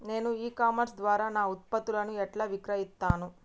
నేను e commerce ద్వారా నా ఉత్పత్తులను ఎట్లా విక్రయిత్తను?